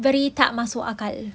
very tak masuk akal